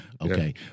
Okay